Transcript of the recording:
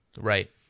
Right